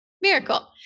Miracle